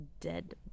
dead